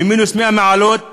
ממינוס 100 מעלות,